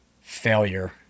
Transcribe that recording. failure